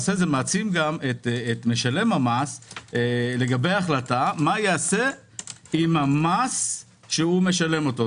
זה מעצים גם את משלם המס לגבי ההחלטה מה ייעשה עם המס שהוא משלם אותו.